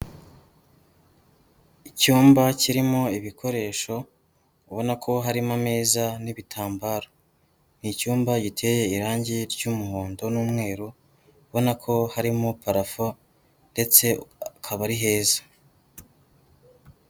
Icyumba kirimo ibikoresho ubona ko harimo ameza n'ibitambaro, ni icyumba giteye irange ry'umuhondo n'umweru ubona ko harimo parafo ndetse akaba ari heza.